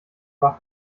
war